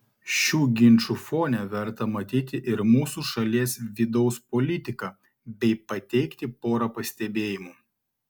šių ginčų fone verta matyti ir mūsų šalies vidaus politiką bei pateikti porą pastebėjimų